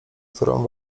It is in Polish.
którą